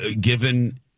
given